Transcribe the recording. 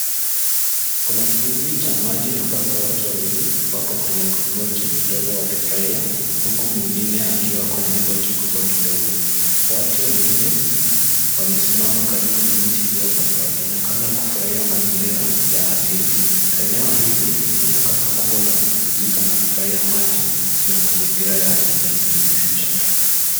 Kuna kidimbwi cha maji ambapo watu wawili wapo kwenye boti ndogo wakifurahia huku mwingine akiwa kwenye boti kubwa kidogo. Watu wengine wamesimama karibu na miti iliyopandwa wakionekana kufurahia mazingira ya asili. Eneo hili linaonekana kuwa la kupumzika na kufurahia maji na mazingira ya kijani kibichi.